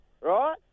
right